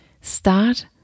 start